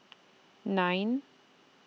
nine